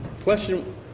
Question